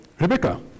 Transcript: Rebecca